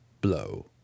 blow